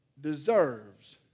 deserves